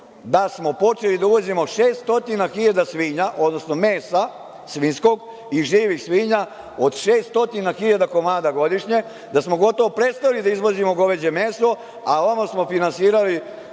da smo počeli da uvozimo 600.000 svinja, odnosno mesa svinjskog i živih svinja od 600.000 komada godišnje, da smo gotovo prestali da izvozimo goveđe meso, a ono smo finansirali